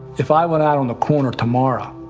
if i went out on the corner tomorrow,